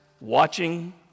watching